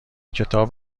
کتاب